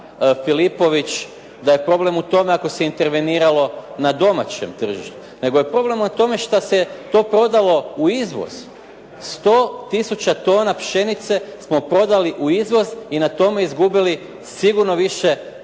Filipović da je problem u tome ako se interveniralo na domaćem tržištu, nego je problem u tome što se to prodalo u izvoz. 100 tisuća tona pšenice smo prodali u izvoz i na tome izgubili sigurno više